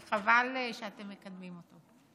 חבל שאתם מקדמים אותו.